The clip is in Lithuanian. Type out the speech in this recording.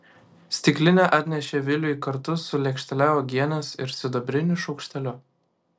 stiklinę atnešė viliui kartu su lėkštele uogienės ir sidabriniu šaukšteliu